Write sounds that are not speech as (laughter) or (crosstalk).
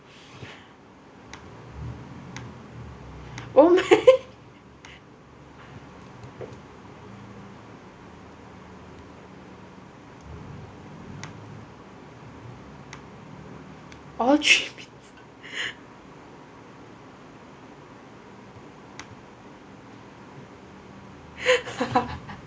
oh (laughs) all chip (laughs)